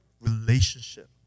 relationship